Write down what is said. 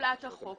מתחולת החוק.